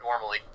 normally